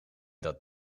dat